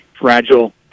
fragile